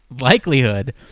likelihood